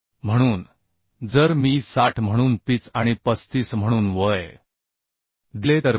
म्हणून जर मी 60 म्हणून पिच आणि 35 म्हणून वय दिले तर मी Kb